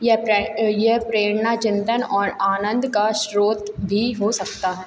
यह प्रेक यह प्रेरणा चिंतन और आनंद का स्रोत भी हो सकता है